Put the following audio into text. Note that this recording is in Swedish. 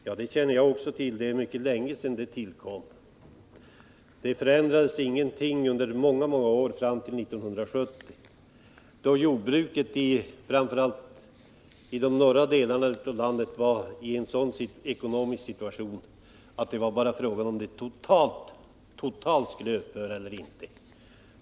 Ja, jag känner också till att det är mycket länge sedan det tillkom, men det stödet förändrades inte alls under många år —- inte förrän 1970, då jordbruket, framför allt i de norra delarna av landet, befann sig i en sådan ekonomisk situation att det var fråga om huruvida det skulle upphöra totalt eller inte.